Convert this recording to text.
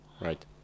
right